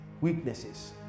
weaknesses